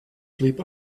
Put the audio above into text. sleep